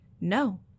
no